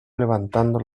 levantando